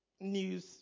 news